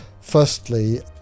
Firstly